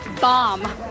bomb